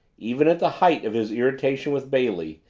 even at the height of his irritation with bailey,